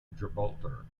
gibraltar